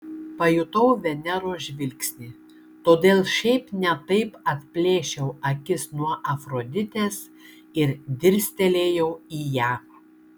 pajutau veneros žvilgsnį todėl šiaip ne taip atplėšiau akis nuo afroditės ir dirstelėjau į ją